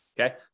okay